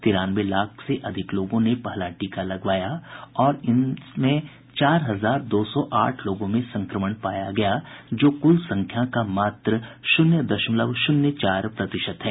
तिरानवे लाख से अधिक लोगों ने पहला टीका लगवाया और इनमें से चार हजार दो सौ आठ लोगों में संक्रमण पाया गया जो कुल संख्या का मात्र शून्य दशमलव शून्य चार प्रतिशत है